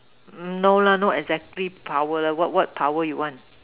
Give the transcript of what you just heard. no lah not exactly power what what power you want